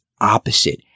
opposite